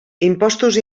impostos